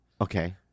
Okay